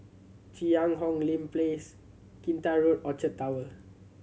Cheang Hong Lim Place Kinta Road Orchard Tower